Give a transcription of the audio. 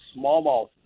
smallmouth